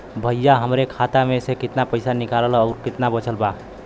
भईया हमरे खाता मे से कितना पइसा निकालल ह अउर कितना बचल बा?